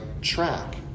track